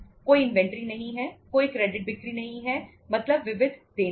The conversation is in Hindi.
कोई इन्वेंट्री नहीं है कोई क्रेडिट बिक्री नहीं है मतलब विविध देनदार